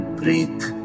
breathe